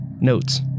notes